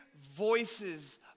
voices